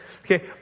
Okay